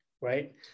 right